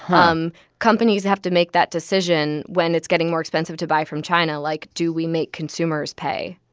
um companies have to make that decision when it's getting more expensive to buy from china. like, do we make consumers pay?